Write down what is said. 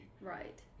Right